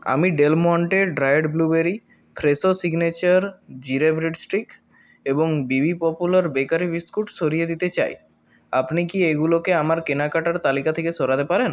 আমি Del Monte dried blueberry Fresho signature jeera bread sticks এবং BB popular bakery biscuit সরিয়ে দিতে চাই আপনি কি এগুলোকে আমার কেনাকাটার তালিকা থেকে সরাতে পারেন